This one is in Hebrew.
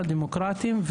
הדמוקרטיים,